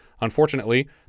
Unfortunately